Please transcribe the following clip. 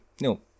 no